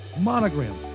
Monogram